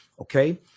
okay